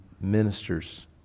ministers